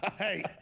ah hey,